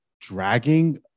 dragging